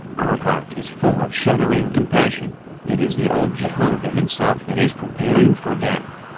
our heart is full of shuddering compassion it is the old jehovah himself that is preparing for death.